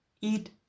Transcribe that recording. eat